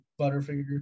Butterfinger